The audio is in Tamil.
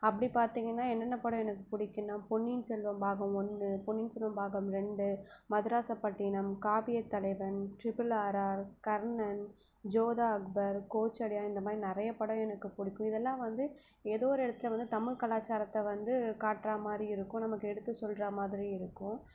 அப்படி பார்த்திங்கன்னா என்னென்ன படம் எனக்கு பிடிக்குன்னா பொன்னியின் செல்வன் பாகம் ஒன்று பொன்னியின் செல்வன் பாகம் ரெண்டு மதராசப்பட்டிணம் காவியத்தலைவன் ட்ரிபிள் ஆர்ஆர் கர்ணன் ஜோதா அக்பர் கோச்சடையான் இந்த மாதிரி நிறைய படம் எனக்கு பிடிக்கும் இதெல்லாம் வந்து எதோ ஒரு இடத்தில் வந்து தமிழ் கலாச்சாரத்தை வந்து காட்டுற மாதிரி இருக்கும் நமக்கு எடுத்து சொல்கிறா மாதிரி இருக்கும்